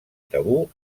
tabú